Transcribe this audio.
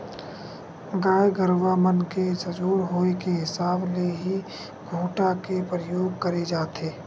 गाय गरुवा मन के सजोर होय के हिसाब ले ही खूटा के परियोग करे जाथे